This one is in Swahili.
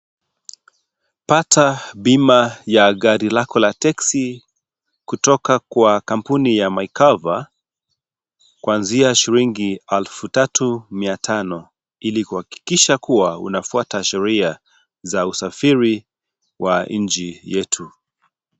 Pata bima ya gari lako la taxi kutoka kwa kampuni ya mykava ya kuanzia shilingi elfu tatu mia tano ilikuhakikisha kuwa unafuata sheria za usafiri wa nchi yetu.